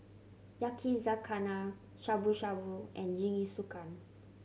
Yakizakana Shabu Shabu and Jingisukan